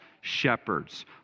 shepherds